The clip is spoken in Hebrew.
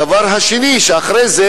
הדבר השני הוא שאחרי זה,